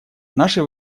наше